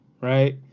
right